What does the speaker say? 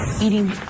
Eating